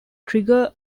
trigger